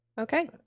Okay